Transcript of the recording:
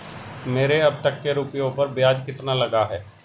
मेरे अब तक के रुपयों पर ब्याज कितना लगा है?